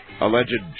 alleged